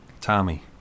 Tommy